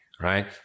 right